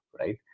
right